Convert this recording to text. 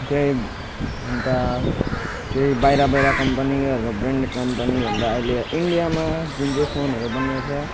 त्यही हुनु त त्यही बाहिर बाहिर कम्पनीहरूको ब्रान्डेड कम्पनी भन्दा अहिले इन्डियामा जुन जो फोनहरू बनिएको छ